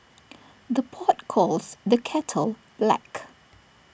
the pot calls the kettle black